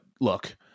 look